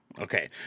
Okay